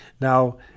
now